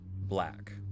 black